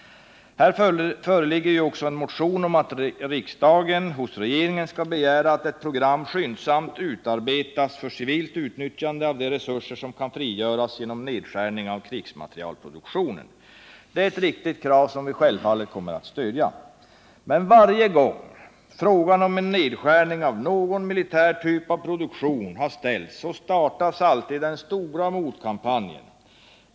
Här föreligger också en motion om att riksdagen hos regeringen skall begära att ett program skyndsamt utarbetas för civilt utnyttjande av de resurser som kan frigöras genom nedskärning av krigsmaterielproduktionen. Det är ett riktigt krav som vi självfallet kommer att stödja. Men varje gång frågan om en nedskärning av någon militär typ av produktion har ställts, stärtas den stora motkampanjen.